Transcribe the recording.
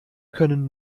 können